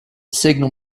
signal